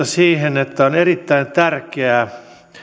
siihen että on erittäin tärkeää